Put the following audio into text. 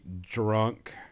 drunk